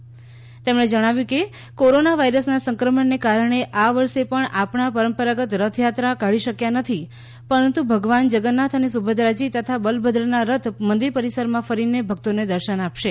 મુખ્યમંત્રીશ્રીએ જણાવ્યું કે કોરોના વાઈરસના સંક્રમણને કારણે આ વર્ષે આપણે પરંપરાગત રથયાત્રા કાઢી શક્યા નથી પરંતુ ભગવાન જગન્નાથ અને સુભદ્રાજી તથા બલભદ્રના રથ મંદિર પરિસરમાં ફરીને ભક્તોને દર્શન આપશે